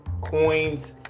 coins